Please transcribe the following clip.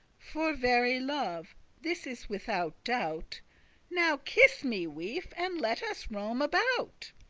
for very love this is withoute doubt now kiss me, wife, and let us roam about.